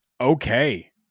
Okay